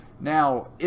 Now